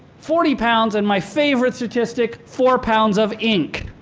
forty pounds, and my favorite statistic, four pounds of ink.